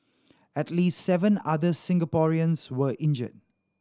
at least seven other Singaporeans were injured